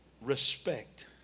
respect